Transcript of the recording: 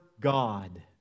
God